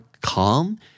calm